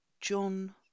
John